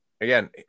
again